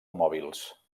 mòbils